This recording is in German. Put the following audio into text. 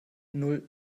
null